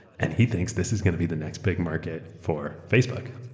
and he thinks this is going to be the next big market for facebook.